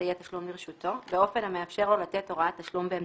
אמצעי התשלום לרשותו באופן המאפשר לו לתת הוראת תשלום באמצעותו,